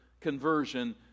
conversion